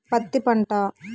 పత్తి పంట